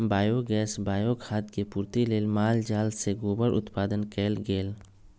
biogas, bio खाद के पूर्ति लेल माल जाल से गोबर उत्पादन कएल गेल